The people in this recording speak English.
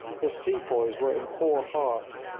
his sepoys were in poor heart,